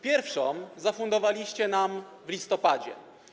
Pierwszą zafundowaliście nam w listopadzie.